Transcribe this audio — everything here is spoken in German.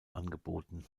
angeboten